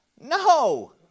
No